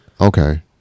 okay